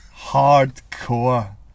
Hardcore